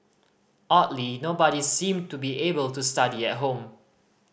oddly nobody seemed to be able to study at home